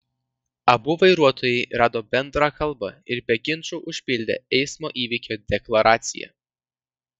abu vairuotojai rado bendrą kalbą ir be ginčų užpildė eismo įvykio deklaraciją